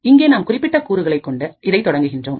இங்கே நாம் குறிப்பிட்ட கூறுகளை கொண்டு இதை தொடங்குகின்றோம்